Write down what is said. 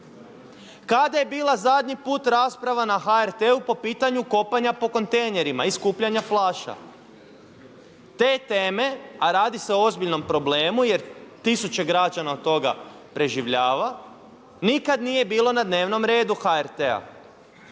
Kada je bila zadnji put rasprava na HRT-u po pitanju kopanja po kontejnerima i skupljanja flaša? Te teme, a radi se o ozbiljnom problemu jer tisuće građana od toga preživljava nikada nije bilo na dnevnom redu HRT-a